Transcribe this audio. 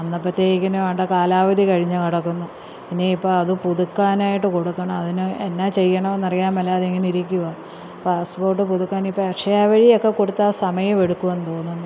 വന്നപ്പത്തേക്കിനു ആണ്ടാ കാലാവധി കഴിഞ്ഞ് കിടക്കുന്നു ഇനി ഇപ്പോള് അതു പുതുക്കാനായിട്ട് കൊടുക്കണം അതിന് എന്നാ ചെയ്യണമെന്ന് അറിയാൻ മേലാതെ ഇങ്ങനെ ഇരിക്കുവാ പാസ്പോർട്ട് പുതുക്കാനിപ്പോള് അക്ഷയ വഴിയൊക്കെ കൊടുത്താല് സമയമെടുക്കുമെന്ന് തോന്നുന്നു